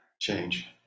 change